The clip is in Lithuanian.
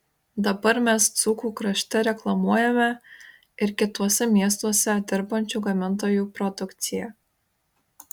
dabar mes dzūkų krašte reklamuojame ir kituose miestuose dirbančių gamintojų produkciją